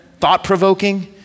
thought-provoking